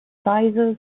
sizes